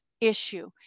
issue